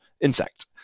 insect